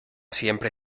siempre